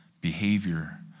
behavior